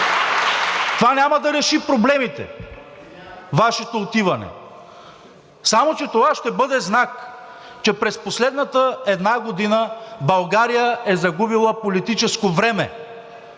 Това няма да реши проблемите – Вашето отиване, само че това ще бъде знак, че през последната една година България е загубила политическо време,